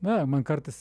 na man kartas